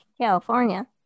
California